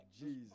Jesus